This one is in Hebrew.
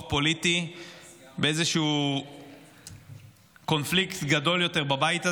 פוליטי באיזשהו קונפליקט גדול יותר בבית הזה.